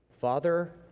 Father